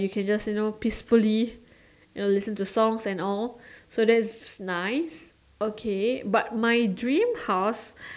you can just you know peacefully you know listen to songs and all so that's nice okay but my dream house